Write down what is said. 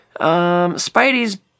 Spidey's